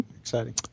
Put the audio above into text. Exciting